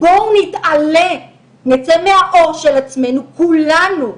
בואו נתעלה, נצא מהעור של עצמנו, כולנו,